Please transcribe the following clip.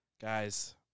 Guys